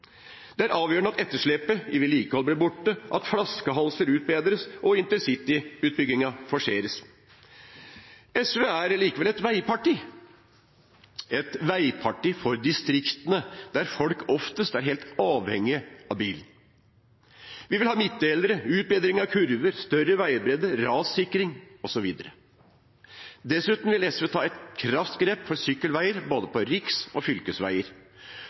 Det er avgjørende at etterslepet i vedlikeholdet blir borte, at flaskehalser utbedres og intercityutbyggingen forseres. SV er likevel et veiparti – et veiparti for distriktene, der folk oftest er helt avhengige av bilen. Vi vil ha midtdelere, utbedring av kurver, større veibredde, rassikring osv. Dessuten vil SV ta et kraftgrep for sykkelveier på både riks- og fylkesveier.